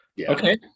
Okay